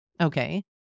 Okay